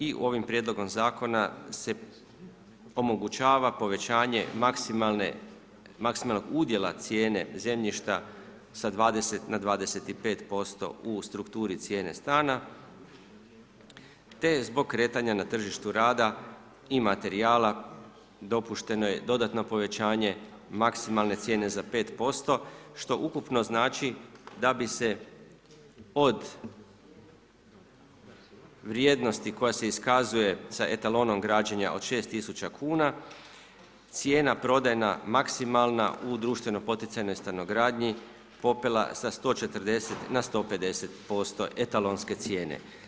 I ovim prijedlogom zakona se omogućava povećanje maksimalnog udjela cijene zemljišta sa 20 na 25% u strukturi cijene stana, te zbog kretanja na tržištu rada i materijala dopušteno je dodatno povećanje maksimalne cijene za 5% što ukupno znači da bi se od vrijednosti koja se iskazuje sa etalonom građenja od 6000 kuna, cijena prodajna maksimalna u društveno poticajnoj stanogradnji popela sa 140 na 150% etalonske cijene.